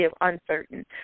uncertain